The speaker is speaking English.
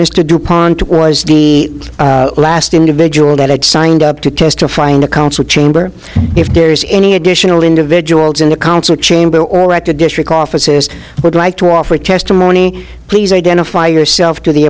mr dupont was the last individual that had signed up to testify in the council chamber if there's any additional individuals in the council chamber or at the district offices would like to offer testimony please identify yourself to the